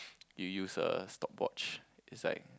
you use a stopwatch it's like